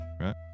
right